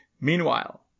Meanwhile